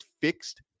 fixed